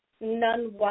None